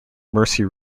mercy